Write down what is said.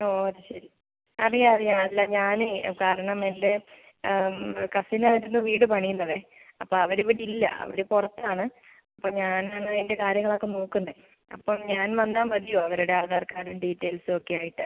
ഓ അത് ശരി അറിയാം അറിയാം അല്ല ഞാന് കാരണം എൻ്റെ കസിനായിരുന്നു വീട് പണിയുന്നതേ അപ്പോൾ അവർ ഇവിടില്ല അവർ പുറത്താണ് അപ്പോൾ ഞാനാണ് അതിൻ്റെ കാര്യങ്ങളൊക്കെ നോക്കുന്നത് അപ്പം ഞാൻ വന്നാൽ മതിയോ അവരുടെ ആധാർ കാർഡും ഡീറ്റെയിൽസും ഒക്കെ ആയിട്ട്